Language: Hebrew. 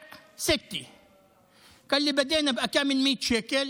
אמר לי: מכביש 6. אמר לי: התחלנו בכמה מאות שקלים,